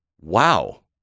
Wow